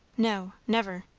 no never.